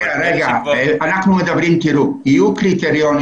יהיו קריטריונים.